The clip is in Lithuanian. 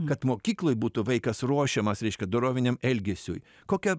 kad mokykloj būtų vaikas ruošiamas reiškia doroviniam elgesiui kokia